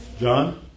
John